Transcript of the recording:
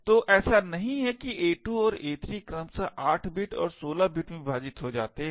तो ऐसा नहीं है कि a2 और a3 क्रमशः 8 बिट और 16 बिट में विभाजित हो जाते हैं